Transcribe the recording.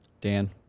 Dan